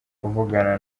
kuvugana